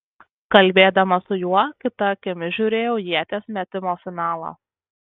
kalbėdama su juo kita akimi žiūrėjau ieties metimo finalą